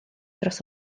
dros